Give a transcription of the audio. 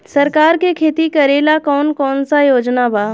सरकार के खेती करेला कौन कौनसा योजना बा?